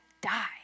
die